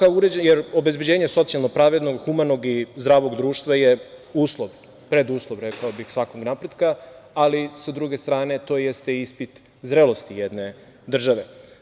Obezbeđenje socijalno pravednog, humanog i zdravog društva je preduslov svakog napretka, ali, sa druge strane, to jeste ispit zrelosti jedne države.